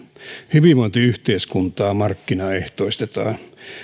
hyvinvointiyhteiskuntaa markkinaehtoistetaan